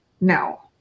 no